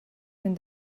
den